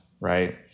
Right